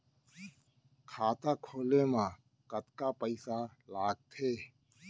खाता खोले मा कतका पइसा लागथे?